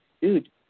dude